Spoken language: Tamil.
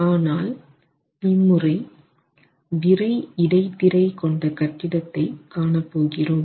ஆனால் இம்முறை விறை இடைத்திரை கொண்ட கட்டிடத்தை காணப் போகிறோம்